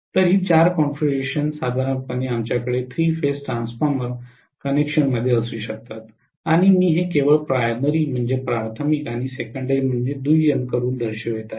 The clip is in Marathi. तर ही चार कॉन्फिगरेशन साधारणपणे आमच्याकडे थ्री फेज ट्रान्सफॉर्मर कनेक्शनमध्ये असू शकतात आणि मी हे केवळ प्राथमिक आणि दुय्यम करून दर्शवित आहे